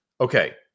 okay